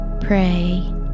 Pray